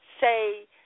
say